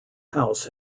house